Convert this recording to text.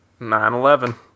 9-11